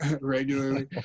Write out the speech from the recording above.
regularly